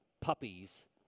puppies